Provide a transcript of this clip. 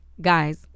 Guys